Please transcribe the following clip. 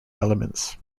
elements